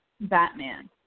Batman